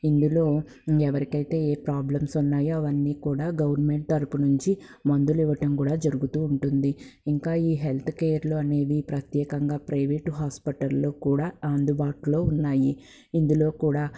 ఇందులో ఎవరికైతే ఏ ప్రాబ్లమ్స్ ఉన్నాయో అవన్నీ కూడా గవర్నమెంట్ తరుపు నుంచి మందులు ఇవ్వటం కూడా జరుగుతూ ఉంటుంది ఇంకా ఈ హెల్త్కేర్లు అనేవి ప్రత్యేకంగా ప్రేవేట్ హాస్పిటల్లో కూడా అందుబాటులో ఉన్నాయి ఇందులో కూడా